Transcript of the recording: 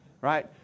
Right